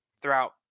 Throughout